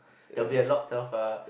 there'll be a lot of uh